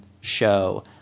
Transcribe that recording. show